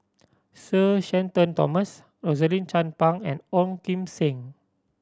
Sir Shenton Thomas Rosaline Chan Pang and Ong Kim Seng